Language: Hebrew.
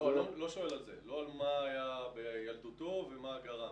אני לא שואל על מה היה בילדותו ומה גרם,